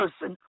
person